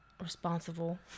Responsible